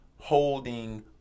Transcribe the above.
holding